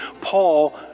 Paul